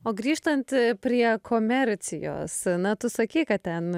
o grįžtant prie komercijos na tu sakei kad ten